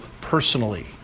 personally